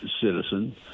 citizen